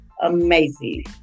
amazing